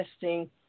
testing